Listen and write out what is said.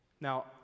Now